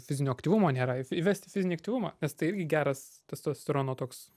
fizinio aktyvumo nėra įvesti fizinį aktyvumą nes tai irgi geras testosterono toks